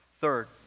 Third